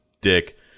dick